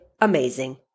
Amazing